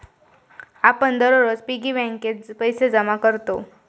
आपण दररोज पिग्गी बँकेत पैसे जमा करतव